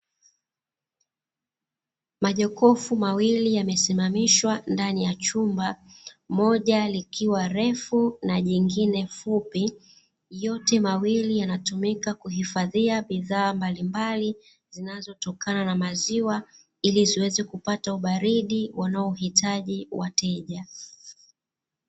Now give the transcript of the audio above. Majokofu mawili yamesimamishwa ndani ya chumba moja likiwa refu na jingine fupi yote mawili, yanatumika kuhifadhia bidhaa mbalimbali zinazotokana na maziwa ili ziweze kupata ubaridi wanaohitaji wateja.